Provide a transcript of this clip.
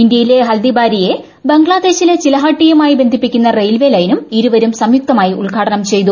ഇന്ത്യയിലെ ഹൽദിബാരിയെ ബംഗ്ലാദേശിലെ ചിലഹാട്ടിയുമായി ്ബന്ധിപ്പിക്കുന്ന റെയിൽവേ ലൈനും ഇരുവരും സംയുക്തമായി ഉദ്ഘാടിന്റ് ചെയ്തു